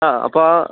ആ അപ്പോൾ